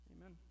Amen